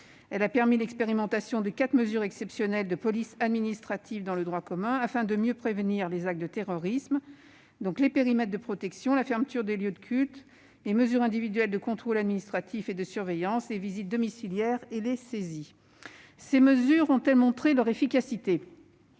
Elle a permis l'expérimentation de quatre mesures exceptionnelles de police administrative dans le droit commun, afin de mieux prévenir les actes de terrorisme : les périmètres de protection, la fermeture de lieux de culte, les mesures individuelles de contrôle administratif et de surveillance, ou Micas, les visites domiciliaires et les saisies. Ces mesures ont-elles montré leur efficacité ?